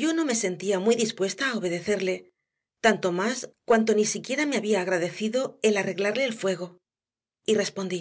yo no me sentía muy dispuesta a obedecerle tanto más cuanto no siquiera me había agradecido el arreglarle el fuego y respondí